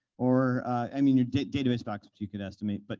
or i mean, your database backups you could estimate. but